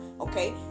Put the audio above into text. okay